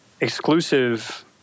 exclusive